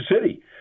City